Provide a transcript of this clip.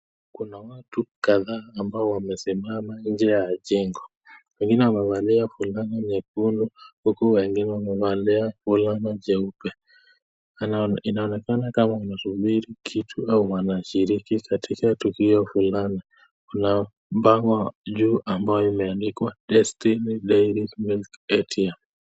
Kuna watu kadhaa ambao wamesimama nje ya jengo. Wengine wamevaa fulana nyekundu huku wengine wamevaa fulana jeupe. Inaonekana kama wanasubiri kitu au wanashiriki katika tukio fulani. Kuna bango juu ambayo imeandikwa Destiny Dairy Milk ATM.